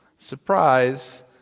surprise